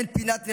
אין פינת נחמה,